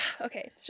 okay